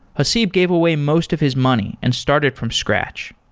haseeb gave away most of his money and started from scratch.